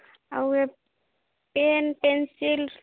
ଆଉ ଏ pen pencil